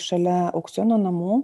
šalia aukciono namų